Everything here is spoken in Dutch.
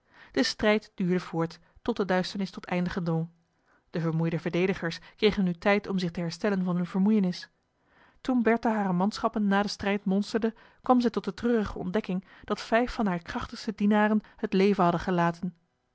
de strijd duurde voort tot de duisternis tot eindigen dwong de vermoeide verdedigers kregen nu tijd om zich te herstellen van hunne vermoeienis toen bertha hare manschappen na den strijd monsterde kwam zij tot de treurige ontdekking dat vijf van hare krachtigste dienaren het leven hadden gelaten